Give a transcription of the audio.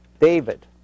David